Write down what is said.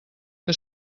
que